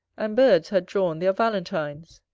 and birds had drawn their valentines.